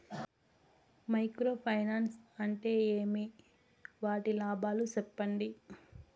Micro finance అంటే ఏమి? వాటి లాభాలు సెప్పండి?